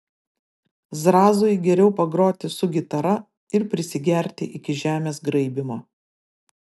zrazui geriau pagroti su gitara ir prisigerti iki žemės graibymo